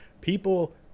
people